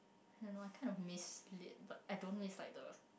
I don't know I kinda miss lit but I don't really like the